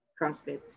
CrossFit